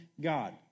God